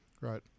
right